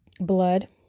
blood